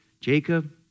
Jacob